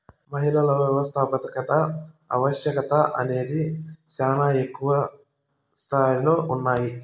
మహిళలలో వ్యవస్థాపకత ఆవశ్యకత అనేది శానా ఎక్కువ స్తాయిలో ఉన్నాది